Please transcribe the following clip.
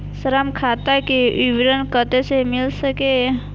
ऋण खाता के विवरण कते से मिल सकै ये?